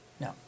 No